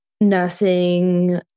nursing